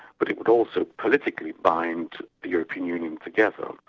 but it would also politically bind the european union together.